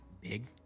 big